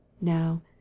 now